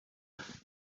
but